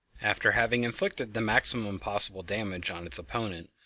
after having inflicted the maximum possible damage on its opponent,